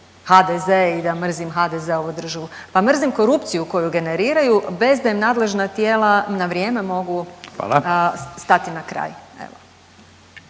HDZ i da mrzim HDZ-ovu državu. Pa mrzim korupciju koju generiraju bez da im nadležna tijela na vrijeme mogu .../Upadica: